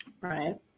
Right